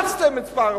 קיצצתם את מספר הרופאים.